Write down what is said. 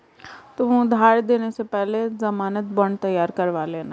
तुम उधार देने से पहले ज़मानत बॉन्ड तैयार करवा लेना